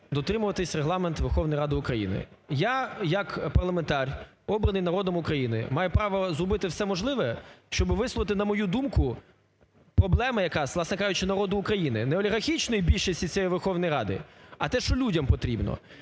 дотримувати Регламенту Верховної Ради України, я як парламертар, обраний народом України, маю право зробити все можливе, щоб висловити, на мою думку, проблему якраз, власне кажучи, народу України, не олігархічної більшості цієї Верховної Ради, а те, що людям потрібно.